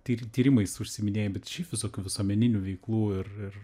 tyr tyrimais užsiiminėji bet šiaip visokių visuomeninių veiklų ir ir